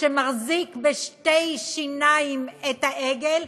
שמחזיק בשתי שיניים את העגל,